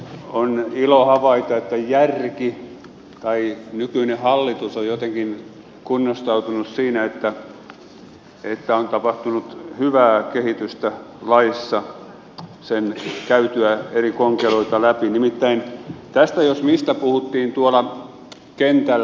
on ilo havaita että järki tai nykyinen hallitus on jotenkin kunnostautunut siinä että on tapahtunut hyvää kehitystä laissa kun on käyty eri konkeloita läpi nimittäin tästä jos mistä puhuttiin tuolla kentällä